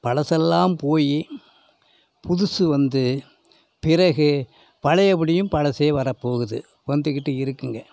பழசெல்லாம் போய் புதுசு வந்து பிறகு பழையபடியும் பழசே வரப்போகுது வந்துக்கிட்டு இருக்குங்க